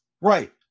right